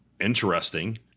interesting